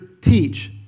teach